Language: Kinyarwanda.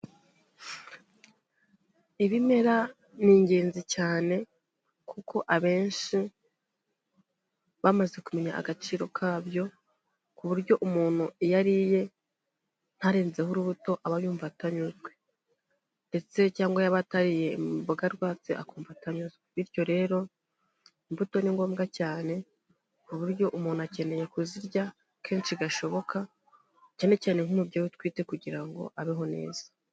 Ibimera ni ingenzi cyane, kuko abenshi bamaze kumenya agaciro kabyo, ku buryo umuntu iyo ariye ntarenzeho urubuto, aba yumva atanyuzwe. Ndetse cyangwa yaba atariye imboga rwatsi akumva atanyuzwe. Bityo rero, imbuto ni ngombwa cyane, ku buryo umuntu akeneye kuzirya kenshi gashoboka; cyane cyane nk'umubyeyi utwite, kugira ngo abeho neza.